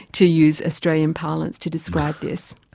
to use australian parlance to describe this.